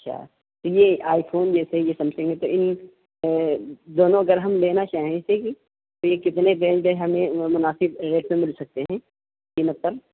اچھا یہ iPhone جیسے یہ سیمسنگ ہے تو ان دونوں اگر ہم لینا چاہیں جیسے کہ تو یہ کتنے رینج تک ہمیں مناسب ریٹ پہ مل سکتے ہیں قیمت پر